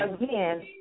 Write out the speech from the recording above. again